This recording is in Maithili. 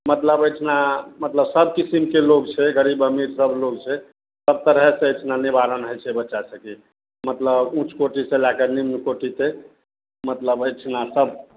मतलब एहिठिना मतलब सब किसिमके लोक छै गरीब अमीर सभलोक छै सब तरहसे एहिठिना निवारण होइ छै बच्चा सभकेँ मतलब उँच कोटिसे लैके निम्न कोटि तक मतलब एहिठिना सब